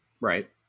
Right